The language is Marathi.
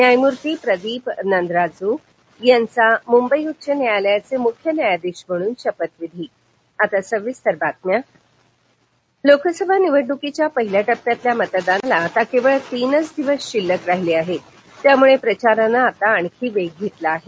न्यायमुर्ती प्रदीप नांद्राजोग यांचा मुंबई उच्च न्यायालयाचे मुख्य न्यायाधीश म्हणन शपथविधी निवडणक प्रचार लोकसभा निवडणुकीच्या पहिल्या टप्प्यातल्या मतदानाला आता केवळ तीन दिवस शिल्लक आहेत त्यामुळे प्रचारानं आता आणखी वेग घेतला आहे